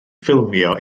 ffilmio